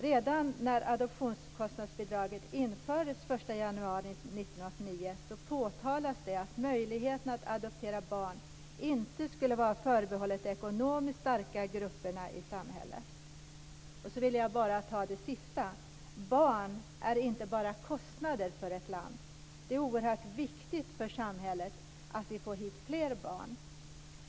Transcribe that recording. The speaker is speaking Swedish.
Redan när adoptionskostnadsbidraget infördes den 1 januari 1989 påtalades det att möjligheten att adoptera barn inte skulle vara förbehållen de ekonomiskt starka grupperna i samhället. Sedan vill jag bara nämna det sista: Barn är inte bara kostnader för ett land. Det är oerhört viktigt för samhället att vi får hit fler barn.